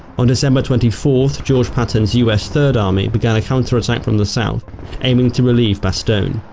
on december twenty fourth, george patton's us third army began a counter-attack from the south aiming to relieve bastogne.